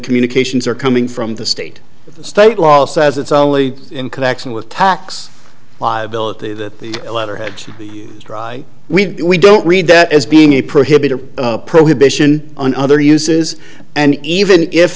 communications are coming from the state of the state law says it's only in connection with tax liability that the letterhead is dry we don't read that as being a prohibited prohibition on other uses and even if